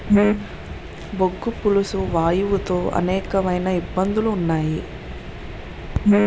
బొగ్గు పులుసు వాయువు తో అనేకమైన ఇబ్బందులు ఉన్నాయి